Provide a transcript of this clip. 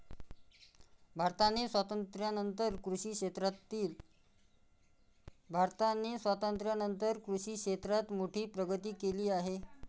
भारताने स्वातंत्र्यानंतर कृषी क्षेत्रात मोठी प्रगती केली आहे